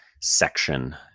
section